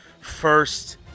first